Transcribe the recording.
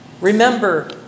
Remember